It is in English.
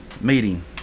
meeting